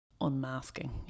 unmasking